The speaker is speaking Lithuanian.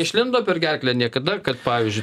išlindo per gerklę niekada kad pavyzdžiui